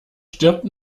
stirbt